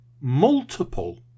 multiple